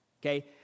okay